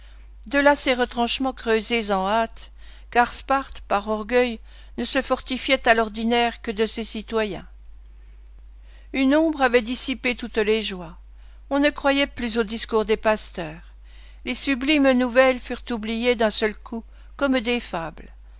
de là ces retranchements creusés en hâte car sparte par orgueil ne se fortifiait à l'ordinaire que de ses citoyens une ombre avait dissipé toutes les joies on ne croyait plus aux discours des pasteurs les sublimes nouvelles furent oubliées d'un seul coup comme des fables